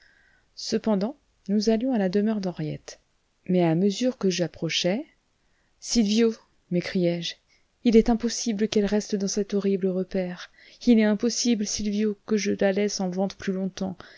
cependant nous allions à la demeure d'henriette mais à mesure que j'approchais sylvio m'écriai-je il est impossible qu'elle reste dans cet horrible repaire il est impossible sylvio que je la laisse en vente plus longtemps